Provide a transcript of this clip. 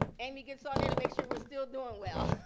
amy gets on there to make sure we are still doing well.